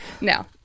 No